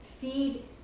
feed